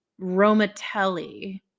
Romatelli